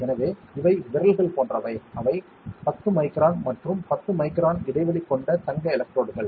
எனவே இவை விரல்கள் போன்றவை அவை 10 மைக்ரான் மற்றும் 10 மைக்ரான் இடைவெளி கொண்ட தங்க எலக்ட்ரோடுகள்